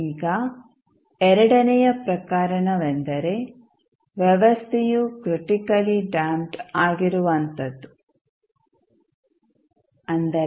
ಈಗ ಎರಡನೆಯ ಪ್ರಕರಣವೆಂದರೆ ವ್ಯವಸ್ಥೆಯು ಕ್ರಿಟಿಕಲಿ ಡ್ಯಾಂಪ್ಡ್ ಆಗಿರುವಂತದ್ದು ಅಂದರೆ